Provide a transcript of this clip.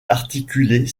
articulés